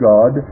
God